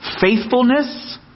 Faithfulness